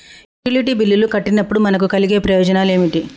Utility బిల్లులు కట్టినప్పుడు మనకు కలిగే ప్రయోజనాలు ఏమిటి?